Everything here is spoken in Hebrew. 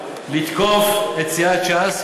לתקוף את סיעת ש"ס,